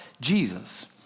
Jesus